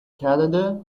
canada